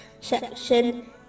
section